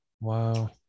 Wow